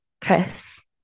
Chris